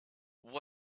what